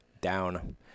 down